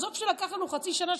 ועזוב שזה לקח לנו חצי שנה,